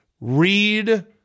Read